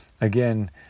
again